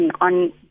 on